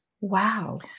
Wow